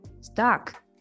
stuck